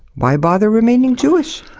why bother remaining jewish?